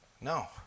No